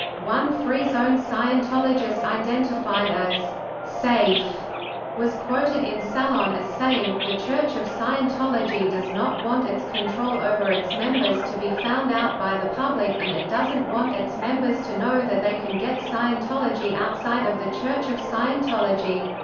one free zone scientologist identified as safe was quoted in salon as saying the church of scientology does not want its control over its members to be found out by the public and it doesn't want its members to know that they can get scientology outside of the church of scientology.